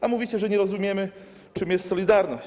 A mówicie, że nie rozumiemy, czym jest solidarność.